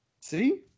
See